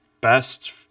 best